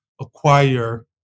acquire